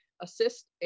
assist